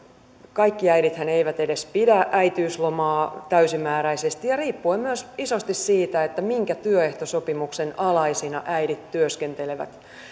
kaikki äi dithän eivät edes pidä äitiyslomaa täysimääräisesti ja riippuen myös isosti siitä minkä työehtosopimuksen alaisina äidit työskentelevät